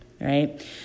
right